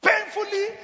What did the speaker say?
painfully